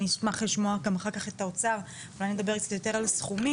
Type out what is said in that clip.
אני אשמח לשמוע אחר כך גם את האוצר ונדבר קצת יותר על סכומים.